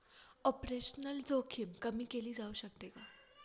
Operational जोखीम कमी केली जाऊ शकते का?